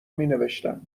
مینوشتم